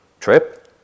trip